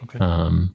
Okay